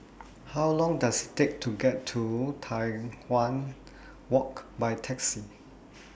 How Long Does Take to get to Tai Hwan Walk By Taxi